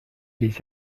les